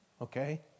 okay